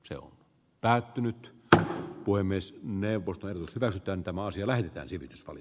se on päätynyt ta voi myös neuvostojen välitöntä maa siellä eletään sivitys on